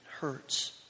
hurts